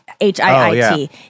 H-I-I-T